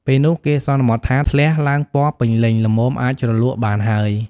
ពេលនោះ គេសន្មតថា ធ្លះឡើងពណ៌ពេញលេញ ល្មមអាចជ្រលក់បានហើយ។